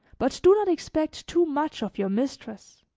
but do not expect too much of your mistress.